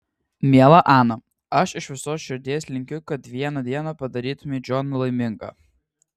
miela ana aš iš visos širdies linkiu kad vieną dieną padarytumei džoną laimingą